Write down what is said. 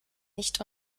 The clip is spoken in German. nicht